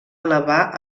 elevar